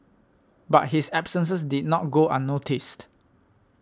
but his absences did not go unnoticed